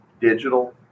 digital